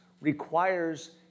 requires